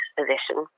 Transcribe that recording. position